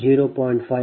2 j0